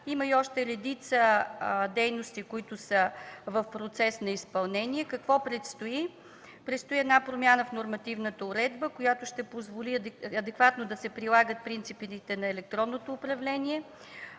Има и още редица дейности, които са в процес на изпълнение. Какво предстои? Предстои промяна в нормативната уредба, която ще позволи адекватно да се прилагат принципите на електронното управление.